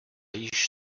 již